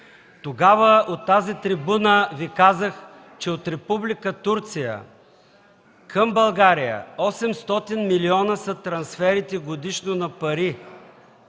Тогава от тази трибуна Ви казах, че от Република Турция към България – 800 милиона са трансферите годишно на пари,